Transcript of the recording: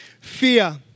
fear